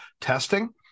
testing